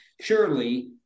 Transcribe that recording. surely